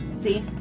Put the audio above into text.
See